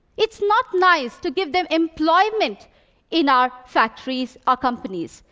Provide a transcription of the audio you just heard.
it's not nice to give them employment in our factories, our companies.